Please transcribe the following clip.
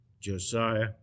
Josiah